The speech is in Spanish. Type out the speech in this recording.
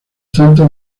tanto